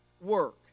work